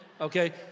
Okay